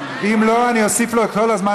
אפשר לעלות לכאן,